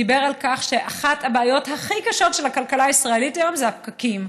דיבר על כך שאחת הבעיות הכי קשות של הכלכלה הישראלית היום זה הפקקים,